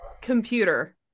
computer